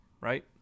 Right